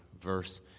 verse